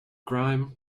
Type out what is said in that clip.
grime